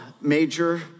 major